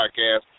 podcast